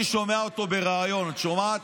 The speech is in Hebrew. אני שומע אותו בריאיון, את שומעת,